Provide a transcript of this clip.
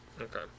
Okay